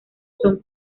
son